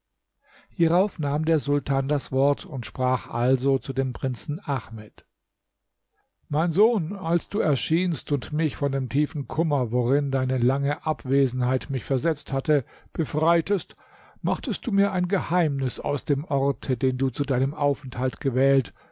hierauf nahm der sultan das wort und sprach also zu dem prinzen ahmed mein sohn als du erschienst und mich von dem tiefen kummer worein deine lange abwesenheit mich versetzt hatte befreitest machtest du mir ein geheimnis aus dem orte den du zu deinem aufenthalt gewählt